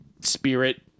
spirit